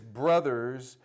brother's